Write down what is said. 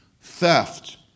theft